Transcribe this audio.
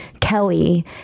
Kelly